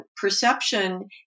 perception